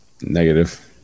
Negative